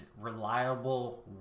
reliable